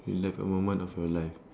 relive a moment of your life